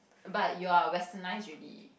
but you are westernize already